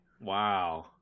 Wow